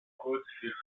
kurzfilmen